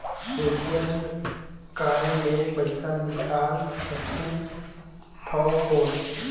ATM card ले पइसा निकाल सकथे थव कौन?